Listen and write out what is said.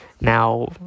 Now